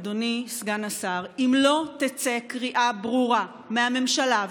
אדוני סגן השר: אם לא תצא קריאה ברורה מהממשלה,